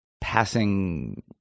passing